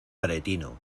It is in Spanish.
aretino